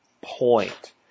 point